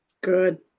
Good